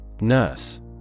Nurse